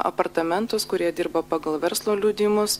apartamentus kurie dirba pagal verslo liudijimus